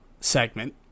segment